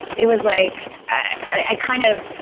it was like i kind of,